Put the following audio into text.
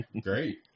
great